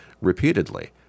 repeatedly